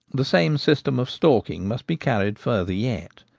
the same system of stalking must be carried farther yet.